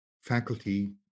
faculty